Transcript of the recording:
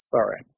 Sorry